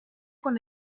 con